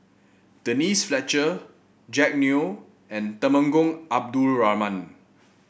Denise Fletcher Jack Neo and Temenggong Abdul Rahman